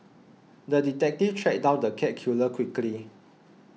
the detective tracked down the cat killer quickly